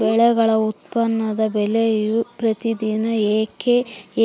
ಬೆಳೆಗಳ ಉತ್ಪನ್ನದ ಬೆಲೆಯು ಪ್ರತಿದಿನ ಏಕೆ